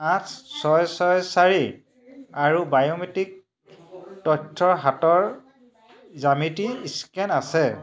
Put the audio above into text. আঠ ছয় ছয় চাৰি আৰু বায়োমেট্ৰিক তথ্য হাতৰ জ্যামিতি স্কেন আছে